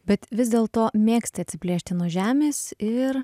bet vis dėl to mėgsti atsiplėšti nuo žemės ir